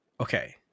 okay